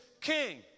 king